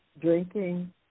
Drinking